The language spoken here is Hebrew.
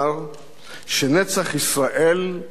"שנצח ישראל לא ישקר,